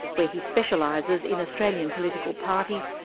where he specialises in australian political parties,